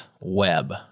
web